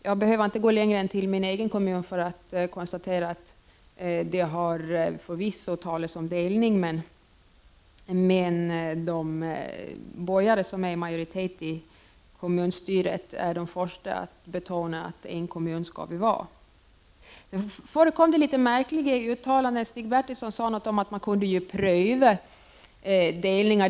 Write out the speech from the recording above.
Jag behöver inte gå längre än till min egen kommun för att konstatera att det förvisso har talats om delning, men där de borgare som är i majoritet i kommunstyret är de första att betona att det skall vara en kommun. Det har förekommit en del märkliga uttalanden i debatten. Stig Bertilsson sade något om att delningar kunde prövas.